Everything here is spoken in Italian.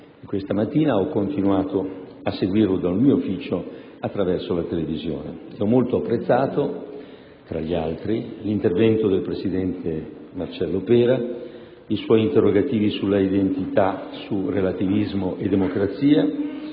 Questa mattina ho continuato a seguirlo dal mio ufficio attraverso la televisione e ho molto apprezzato, tra gli altri, l'intervento del presidente Marcello Pera, i suoi interrogativi sull'identità, sul relativismo e sulla democrazia